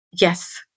Yes